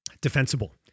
defensible